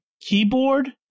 keyboard